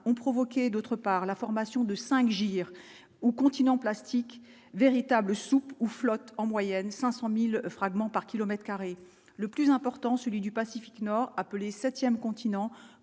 ont provoqué, d'autre part, la formation de cinq GIR ou continents plastiques véritable soupe où flotte en moyenne 500000 fragments par kilomètre carré le plus important, celui du Pacifique Nord appelée 7ème continent